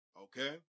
okay